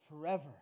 forever